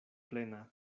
plena